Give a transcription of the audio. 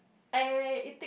I I it